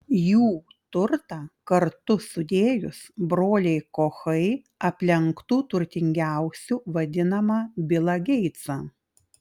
jų turtą kartu sudėjus broliai kochai aplenktų turtingiausiu vadinamą bilą geitsą